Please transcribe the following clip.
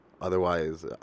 otherwise